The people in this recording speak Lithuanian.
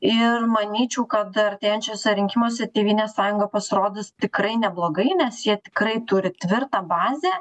ir manyčiau kad artėjančiuose rinkimuose tėvynės sąjunga pasirodys tikrai neblogai nes jie tikrai turi tvirtą bazę